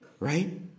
right